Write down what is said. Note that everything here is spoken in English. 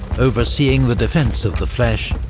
overseeing the defence of the fleches,